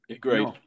Great